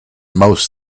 most